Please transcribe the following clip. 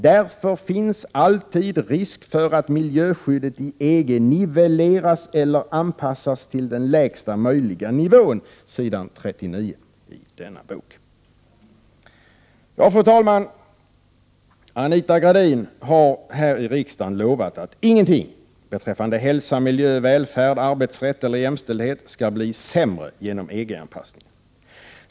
——— Därför finns alltid risk för att miljöskyddet i EG nivelleras eller anpassas till den lägsta möjliga nivån.” Detta står på sidorna 38 och 39 i boken. Fru talman! Anita Gradin har här i riksdagen lovat att ingenting beträffande hälsa, miljö, välfärd, arbetsrätt eller jämställdhet skall bli sämre till följd av EG-anpassningen.